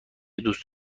دوست